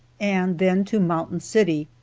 and then to mountain city.